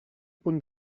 punt